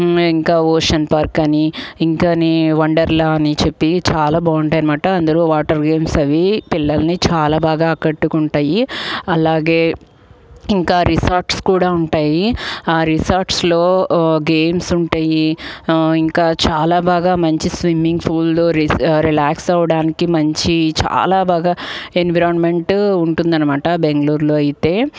ఇంకా ocean park అని ఇంకాని వండర్లా అని చెప్పి చాలా బాగుంటాయి అన్నమాట అందులో వాటర్ వేవ్స్ అవి పిల్లల్ని చాలా బాగా ఆకట్టుకుంటాయి అలాగే ఇంకా రిసార్ట్స్ కూడా ఉంటాయి ఆ రిసార్ట్స్లో గేమ్స్ ఉంటాయి ఇంకా చాలా బాగా మంచి స్విమ్మింగ్ పూలు రిలాక్స్ అవ్వడానికి మంచి చాలా బాగా ఎన్విరాన్మెంటు ఉంటుంది అన్నమాట బెంగళూరులో అయితే